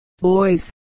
boys